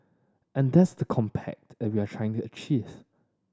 and that's the compact are we're trying to achieve